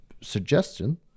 suggestion